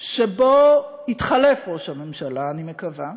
שבהן יתחלף ראש הממשלה, אני מקווה,